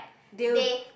they would